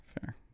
fair